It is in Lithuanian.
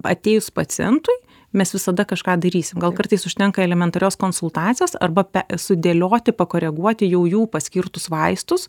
atėjus pacientui mes visada kažką darysim gal kartais užtenka elementarios konsultacijos arba pe sudėlioti pakoreguoti jau jų paskirtus vaistus